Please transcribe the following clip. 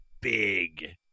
big